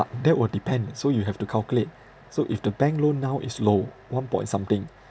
but that will depend so you have to calculate so if the bank loan now is low one point something